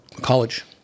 college